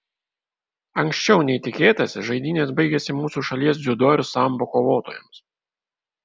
anksčiau nei tikėtasi žaidynės baigėsi mūsų šalies dziudo ir sambo kovotojams